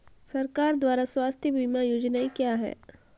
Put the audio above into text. सरकार द्वारा स्वास्थ्य बीमा योजनाएं क्या हैं?